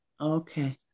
Okay